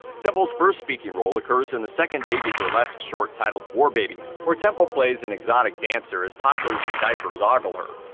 temple's first speaking role occurs in the second baby burlesks short titled war babies, where temple plays an exotic dancer as toddlers in diapers ogle her.